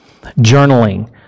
Journaling